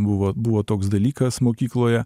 buvo buvo toks dalykas mokykloje